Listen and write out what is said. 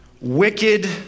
wicked